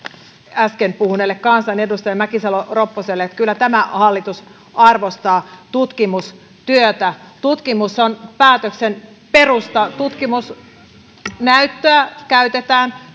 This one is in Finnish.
äsken puhuneelle kansanedustaja mäkisalo ropposelle että kyllä tämä hallitus arvostaa tutkimustyötä tutkimus on päätöksen perusta tutkimusnäyttöä käytetään